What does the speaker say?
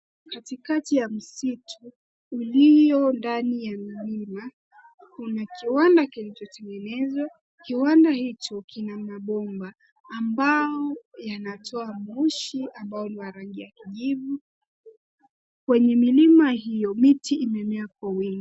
Kati kati ya msitu ulio ndani ya mlima kuna kiwanda kilichotengenezwa. Kiwanda hicho kina mabomba ambao yanatoa moshi ambayo ni ya rangi ya kijivu. Kwenye milima hiyo miti imemea kwa wingi.